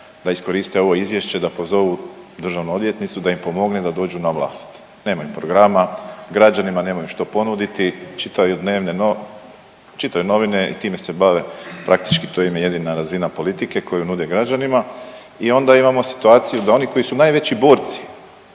da iskoriste ovo izvješće da pozovu državnu odvjetnicu da im pomogne da dođu na vlast. Nemaju programa, građanima nemaju što ponuditi, čitaju dnevne no, čitaju novine i time se bave praktički to im je jedina razina politike koju nude građanima i onda imamo situaciju da oni koji su najveći borci,